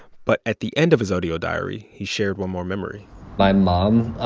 but at the end of his audio diary, he shared one more memory my mom